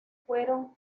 fueron